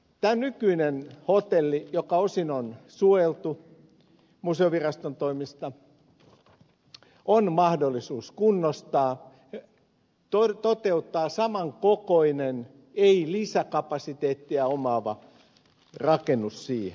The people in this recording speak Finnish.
tämä nykyinen hotelli joka osin on suojeltu museoviraston toimesta on mahdollista kunnostaa toteuttaa samankokoinen ei lisäkapasiteettia omaava rakennus siihen